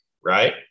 right